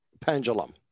pendulum